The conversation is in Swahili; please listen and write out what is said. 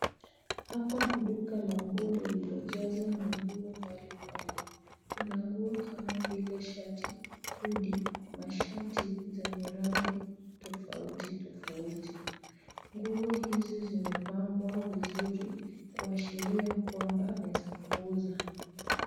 Hapa ni duka la nguo lililojazwa na nguo mbalimbali. Kuna nguo kama vile shati, hoodie , mashati zenye rangi tofauti tofauti. Nguo hizi zimepangwa vizuri kuashiria kwamba ni za kuuza.